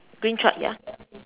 green truck ya